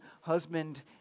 husband